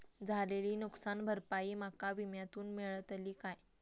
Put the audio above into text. झालेली नुकसान भरपाई माका विम्यातून मेळतली काय?